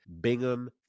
Bingham